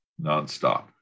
Nonstop